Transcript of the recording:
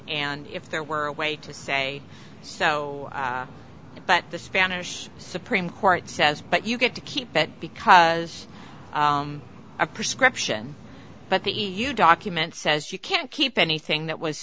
and if there were a way to say so but the spanish supreme court says but you get to keep it because a prescription but the e u document says you can't keep anything that was